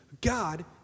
God